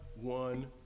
one